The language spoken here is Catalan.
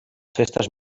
festes